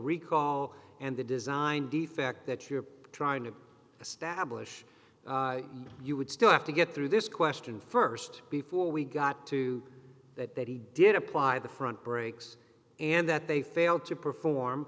recall and the design defect that you are trying to establish you would still have to get through this question st before we got to that that he did apply the front brakes and that they failed to perform